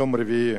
יום רביעי,